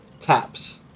taps